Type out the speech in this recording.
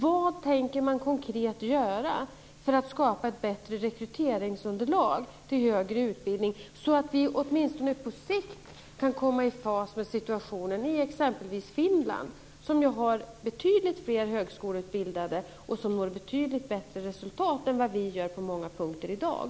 Vad tänker man konkret göra för att skapa ett bättre rekryteringsunderlag till högre utbildning, så att vi åtminstone på sikt kan komma i fas med situationen i exempelvis Finland, som ju har betydligt fler högskoleutbildade och som når betydligt bättre resultat än vad vi gör på många punkter i dag?